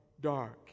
dark